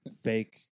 fake